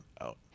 out